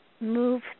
move